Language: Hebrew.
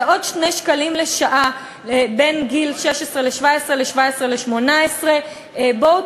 עוד 2 שקלים לשעה בין גיל 16 ל-17 18. בואו,